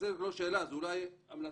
זה לא שאלה, זו אולי המלצה.